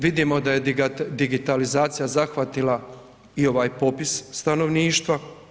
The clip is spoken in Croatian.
Vidimo da je digitalizacija zahvatila i ovaj popis stanovništva.